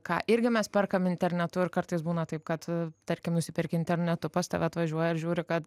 ką irgi mes perkam internetu ir kartais būna taip kad tarkim nusiperki internetu pas tave atvažiuoja ir žiūri kad